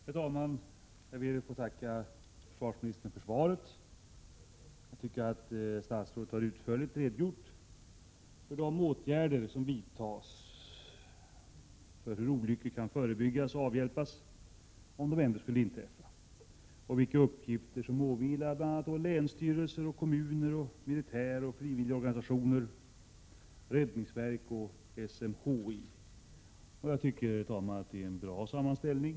Herr talman! Jag ber att få tacka försvarsministern för svaret. Jag tycker att statsrådet utförligt har redogjort för de åtgärder som nu vidtas för att förebygga olyckor och för att avhjälpa olyckor om de trots allt skulle inträffa. Statsrådet har också redogjort för vilka uppgifter som åvilar bl.a. länsstyrelser, kommuner, militär, frivilliga organisationer, räddningsverk och SMHI. Jag tycker, herr talman, att det är en bra sammanställning.